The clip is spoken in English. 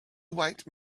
white